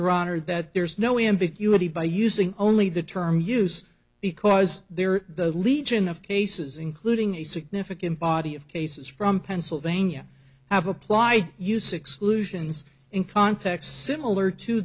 honor that there is no ambiguity by using only the term use because they're the legion of cases including a significant body of cases from pennsylvania have applied use exclusions in cont